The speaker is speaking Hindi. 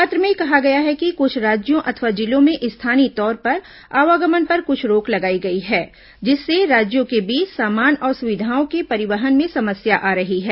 पत्र में कहा गया है कि कुछ राज्यों अथवा जिलों में स्थानीय तौर पर आवागमन पर कुछ रोक लगाई गई है जिससे राज्यों के बीच सामान सुविधाओं के परिवहन में समस्या आ रही है